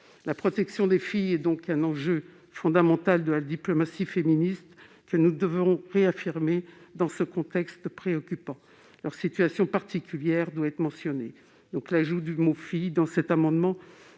La protection des filles est donc un enjeu fondamental de la diplomatie féministe, que nous devons réaffirmer dans ce contexte préoccupant. Leur situation particulière doit être mentionnée dans le projet de loi. À cet égard,